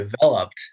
developed